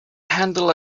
handled